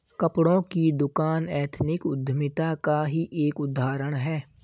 कपड़ों की दुकान एथनिक उद्यमिता का ही एक उदाहरण है